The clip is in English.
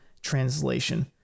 translation